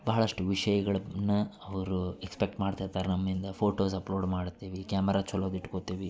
ಭಾಳಷ್ಟು ವಿಷಯಗಳನ್ನ ಅವರು ಎಕ್ಸ್ಪೆಕ್ಟ್ ಮಾಡ್ತಿರ್ತರೆ ನಮ್ಮಿಂದ ಫೋಟೋಸ್ ಅಪ್ಲೋಡ್ ಮಾಡ್ತೆವಿ ಕ್ಯಾಮ್ರ ಚಲೋದ ಇಟ್ಕೋತೆವಿ